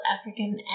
African